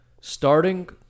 starting